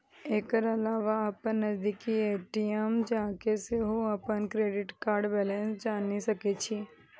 एकर अलावा अपन नजदीकी ए.टी.एम जाके सेहो अपन क्रेडिट कार्डक बैलेंस जानि सकै छी